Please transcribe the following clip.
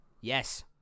Yes